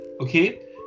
okay